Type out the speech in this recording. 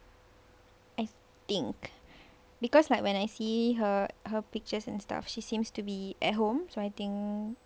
I think because like when I see her her pictures and stuff she seems to be at home so I think